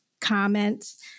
comments